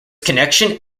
connection